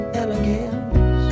elegance